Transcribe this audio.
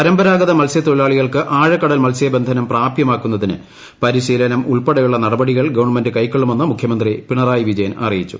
പരമ്പരാഗത മത്സ്യത്തൊഴില്ലാളികൾക്ക് ആഴക്കടൽ മത്സ്യബന്ധനം പ്രാപ്യമാക്കുന്നതിന് പ്പർശീലനം ഉൾപ്പെടെയുള്ള നടപടികൾ ഗവൺമെന്റ് കൈക്കൊള്ളൂമെന്ന് മുഖ്യമന്ത്രി പിണറായി വിജയൻ അറിയിച്ചു